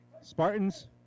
Spartans